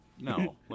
no